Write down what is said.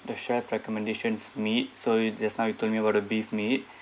the chef's recommendation's meat so you just now you told me about the beef meat